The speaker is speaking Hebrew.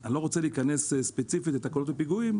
אני לא רוצה להיכנס ספציפית לתקלות או פיגועים,